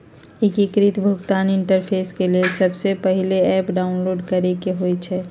एकीकृत भुगतान इंटरफेस के लेल सबसे पहिले ऐप डाउनलोड करेके होइ छइ